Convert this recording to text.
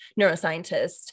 neuroscientist